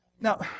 Now